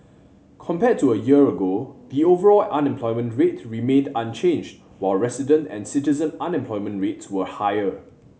compared to a year ago the overall unemployment rate remained unchanged while resident and citizen unemployment rates were higher